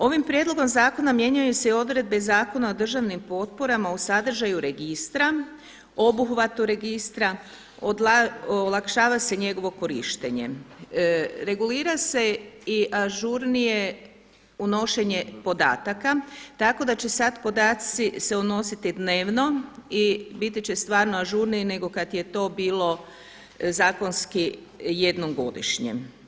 Ovim prijedlogom zakona mijenjaju se i odredbe Zakona o državnim potporama u sadržaju registra, obuhvatu registra, olakšava se njegovo korištenje, regulira se i ažurnije unošenje podataka tako da će sada podaci se unositi dnevno i biti će stvarno ažurniji nego kada je to bilo zakonski jednom godišnje.